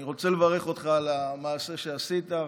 אני רוצה לברך אותך על המעשה שעשית,